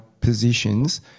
positions